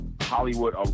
Hollywood